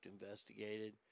investigated